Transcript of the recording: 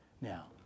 Now